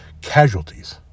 casualties